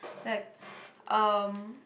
like um